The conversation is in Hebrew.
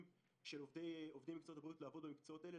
עובדים במקצועות הבריאות לעבוד במקצועות הללו,